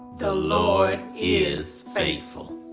the lord is faithful.